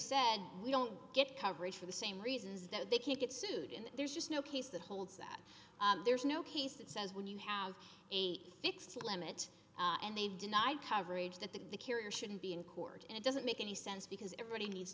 said we don't get coverage for the same reasons that they can't get sued and there's just no case that holds that there's no case that says when you have a fixed limit and they denied coverage that the carrier shouldn't be in court and it doesn't make any sense because everybody needs